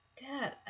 dad